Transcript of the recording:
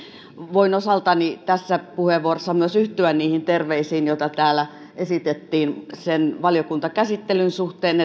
voin osaltani tässä puheenvuorossa myös yhtyä niihin terveisiin joita täällä esitettiin valiokuntakäsittelyn suhteen